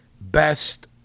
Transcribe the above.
best